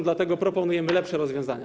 Dlatego proponujemy lepsze rozwiązania.